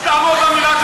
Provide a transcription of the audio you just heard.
תעמוד במילה שלך.